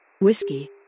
Whiskey